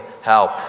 Help